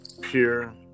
pure